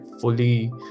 fully